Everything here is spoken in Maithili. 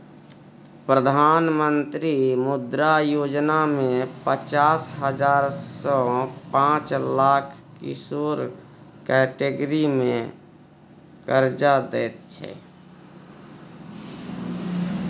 प्रधानमंत्री मुद्रा योजना मे पचास हजार सँ पाँच लाख किशोर कैटेगरी मे करजा दैत छै